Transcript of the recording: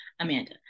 Amanda